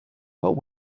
but